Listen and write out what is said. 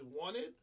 wanted